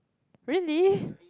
really